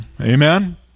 Amen